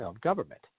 government